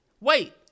Wait